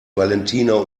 valentina